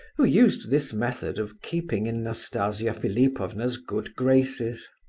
who used this method of keeping in nastasia philipovna's good graces.